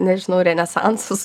nežinau renesansus